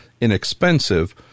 inexpensive